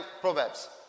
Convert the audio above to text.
Proverbs